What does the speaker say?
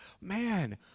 man